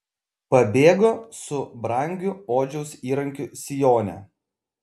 pabėgo su brangiu odžiaus įrankiu sijone